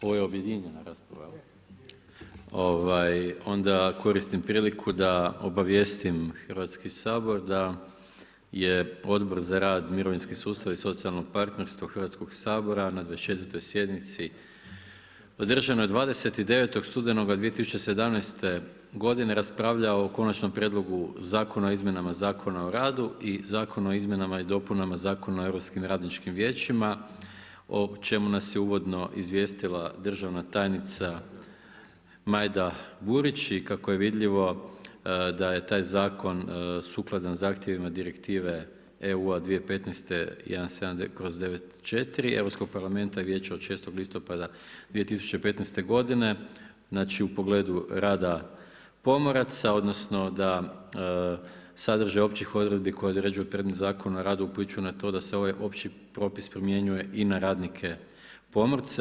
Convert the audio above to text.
Ovo je objedinjena rasprava? … [[Upadica se ne čuje.]] Onda koristim priliku da obavijestim Hrvatski sabor, da je Odbor za rad, mirovinski sustav i socijalno partnerstvo Hrvatskog sabora, na 24.sjednici održanoj 29.11.2017. g. raspravljao o Konačnom prijedlogu Zakonu o izmjenama Zakona o radu i Zakonu o izmjenama i dopunama Zakona o europskim radničkim vijećima, o čemu nas je uvodno izvijestila državna tajnica Majda Burić i kako je vidljivo da je taj zakon sukladan zahtjevima Direktive EU 2015. 17/94 Europskog parlamenta i Vijeća od 6.10.2015.g. Znači u pogledu rada pomoraca, odnosno, da sadrži opće odredbi koje određuju predmet Zakona o radu, upliću na to da se ovaj opći propis primjenjuje i na radnike pomorce.